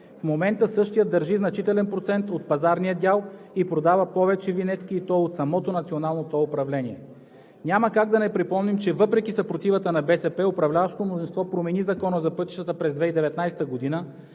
В момента същият държи значителен процент от пазарния дял и продава повече винетки, и то от самото национално тол управление. Няма как да не припомним, че въпреки съпротивата на БСП управляващото мнозинство промени Закона за пътищата през 2019 г.,